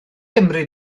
gymri